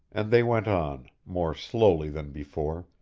and they went on, more slowly than before,